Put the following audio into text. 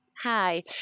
Hi